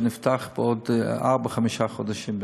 שייפתח בעוד ארבעה-חמישה חודשים,